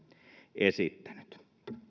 esittänyt